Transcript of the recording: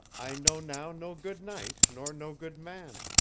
i know now no good knight, nor no good man.